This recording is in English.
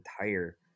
entire